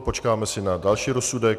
Počkáme si na další rozsudek.